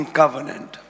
covenant।